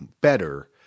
better